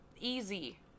easy